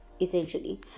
essentially